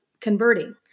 Converting